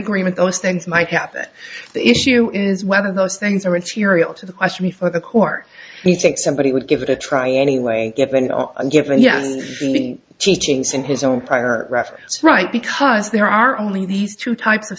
agreement those things might happen the issue is whether those things are inferior to the question before the court you think somebody would give it a try anyway given and given yes teachings in his own prior record right because there are only these two types of